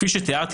כפי שתיארתי,